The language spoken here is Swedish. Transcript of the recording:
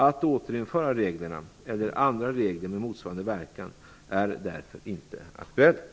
Att återinföra reglerna, eller andra regler med motsvarande verkan, är därför inte aktuellt.